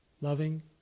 loving